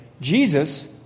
Jesus